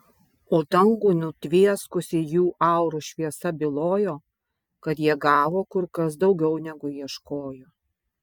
o dangų nutvieskusi jų aurų šviesa bylojo kad jie gavo kur kas daugiau negu ieškojo